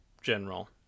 general